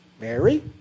Mary